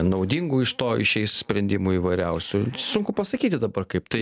naudingų iš to išeis sprendimų įvairiausių sunku pasakyti dabar kaip tai